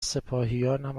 سپاهیانم